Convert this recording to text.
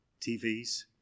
TVs